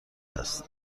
است